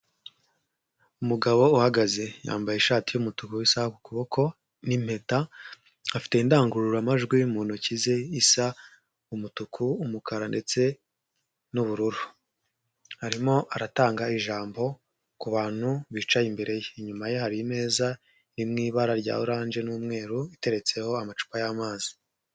Umugabo uhagaze yambaye ishati y'umutuku n'isaha ku kuboko n'impeta, afite indangurura majwi mu ntoki ze, isa umutuku, umukara ,ndetse n'ubururu, arimo aratanga ijambo kubantu bicaye imbere ye, inyuma ye hari imeza iri mu ibara rya orange n'umweru, iteretseho amacupa y'amazi.